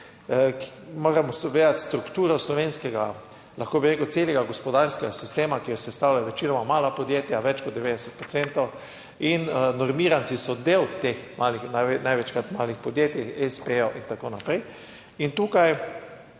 Moramo pogledati strukturo slovenskega, lahko bi rekel, celega gospodarskega sistema, ki jo sestavljajo večinoma mala podjetja, več kot 90 procentov in normiranci so del teh malih, največkrat malih podjetij, espejev in tako naprej. In tukaj